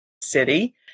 city